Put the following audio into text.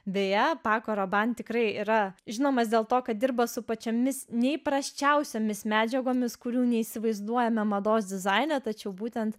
beje pako roban tikrai yra žinomas dėl to kad dirba su pačiomis neįprasčiausiomis medžiagomis kurių neįsivaizduojame mados dizaine tačiau būtent